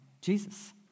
Jesus